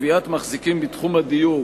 קביעת מחזיק בתחום הדיור),